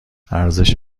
ارزش